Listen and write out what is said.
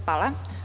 Hvala.